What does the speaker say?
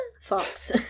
fox